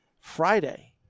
Friday